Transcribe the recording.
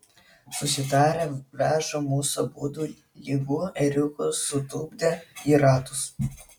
susitarę veža mus abudu lygu ėriukus sutupdę į ratus